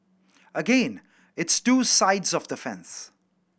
again it's two sides of the fence